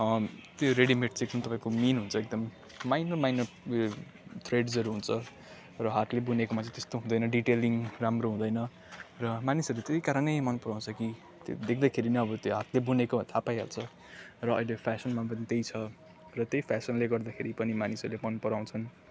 त्यो रेडिमेट चाहिँ तपाईँको मिहिन हुन्छ एकदम माइनर माइनर उयो थ्रेड्सहरू हुन्छ र हातले बुनेकोमा चाहिँ त्यस्तो हुँदैन डिटेलिङ राम्रो हुँदैन र मानिसहरू त्यही कारण नै मनपराउँछ कि त्यो देख्दाखेरि नै अब त्यो हातले बुनेको थाहा पाइहाल्छ र अहिले फेसनमा पनि त्यही छ र त्यही फेसनले गर्दा पनि मानिसहरूले मनपराउँछन्